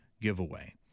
giveaway